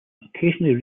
occasionally